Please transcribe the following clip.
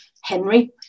Henry